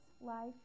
life